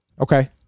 Okay